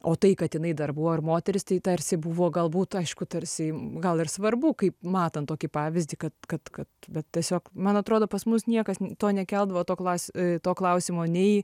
o tai kad jinai dar ir buvo ir moteris tai tarsi buvo galbūt aišku tarsi gal ir svarbu kaip matant tokį pavyzdį kad kad kad bet tiesiog man atrodo pas mus niekas to nekeldavo to klas to klausimo nei